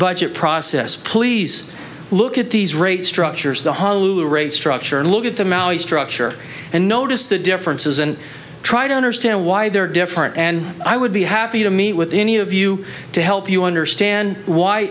budget process please look at these rate structures the honolulu rate structure and look at them out structure and notice the differences and try to understand why they're different and i would be happy to meet with any of you to help you understand why